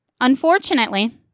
Unfortunately